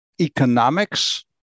economics